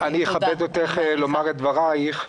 אני אכבד אותך לומר את דברייך.